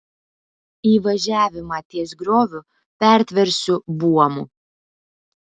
įvažiavimą ties grioviu pertversiu buomu